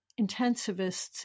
intensivists